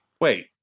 Wait